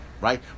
right